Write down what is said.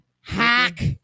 Hack